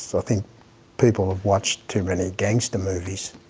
so think people have watched too many gangster movies.